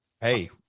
Hey